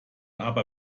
aber